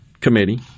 committee